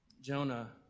Jonah